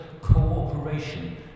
cooperation